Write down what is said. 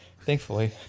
thankfully